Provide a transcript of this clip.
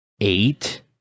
eight